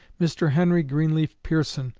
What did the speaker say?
mr. henry greenleaf pearson,